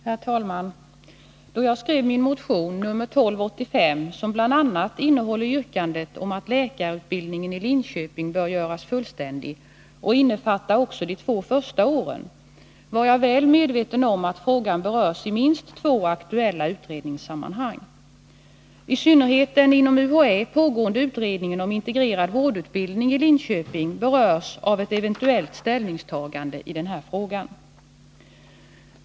Herr talman! Då jag skrev min motion nr 1285, som bl.a. innehåller yrkande om att läkarutbildningen i Linköping bör göras fullständig och innefatta också de två första åren, var jag väl medveten om att frågan berörs i minst två aktuella utredningssammanhang. I synnerhet den inom UHÄ pågående utredningen om integrerad vårdutbildning i Linköping berörs av ett eventuellt ställningstagande i denna fråga.